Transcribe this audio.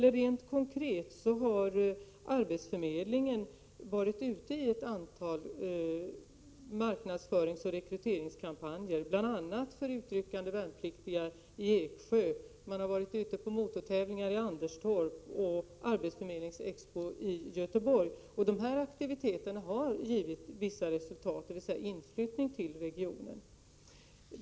Rent konkret har arbetsförmedlingen varit ute i ett antal marknadsföringsoch rekryteringskampanjer, bl.a. för utryckande värnpliktiga i Eksjö. Man har också varit ute på motortävlingar i Anderstorp och på arbetsförmedlingsexpo i Göteborg. De här aktiviteterna har gett vissa resultat, dvs. inflyttning till regionen.